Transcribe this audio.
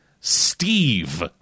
Steve